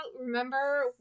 remember